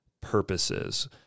purposes